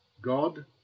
God